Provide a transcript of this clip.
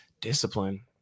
discipline